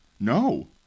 No